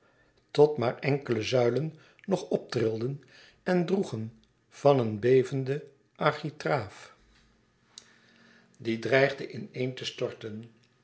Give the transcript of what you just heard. tot maar ènkele zuilen nog optrilden en droegen een bevende architraaf die dreigde ineen te storten